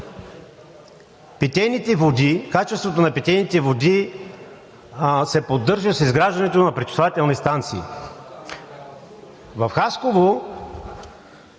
практика качеството на питейните води се поддържа с изграждането на пречиствателни станции. В Хасково